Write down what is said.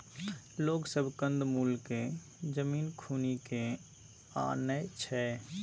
लोग सब कंद मूल केँ जमीन खुनि केँ आनय छै